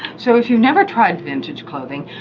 so if you've never tried vintage clothing,